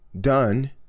done